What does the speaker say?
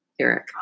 Eric